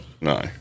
No